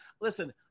Listen